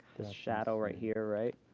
the shadow right here right?